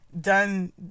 done